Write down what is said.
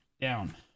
down